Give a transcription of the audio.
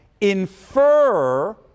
infer